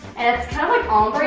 and it's kind like